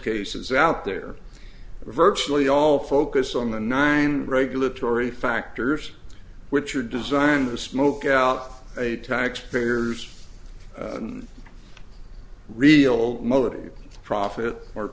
cases out there virtually all focus on the nine regulatory factors which are designed to smoke out a taxpayers real motive profit or